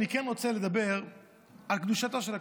אני כן רוצה לדבר על קדושתו של הכותל.